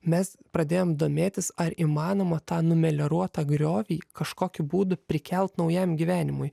mes pradėjom domėtis ar įmanoma tą numelioruotą griovį kažkokiu būdu prikelt naujam gyvenimui